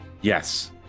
Yes